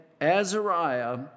Azariah